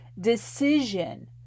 decision